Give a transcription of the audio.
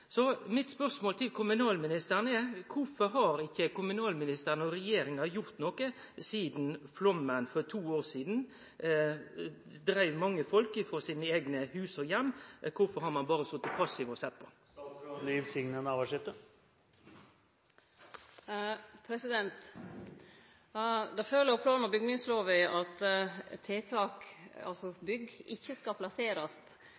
Så spørsmålet mitt til kommunalministeren er: Kvifor har ikkje kommunalministeren og regjeringa gjort noko sidan flaumen for to år sidan dreiv mange frå hus og heim? Kvifor har ein berre sete passiv og sett på? Det følgjer av plan- og bygningslova at bygg ikkje skal plasserast der det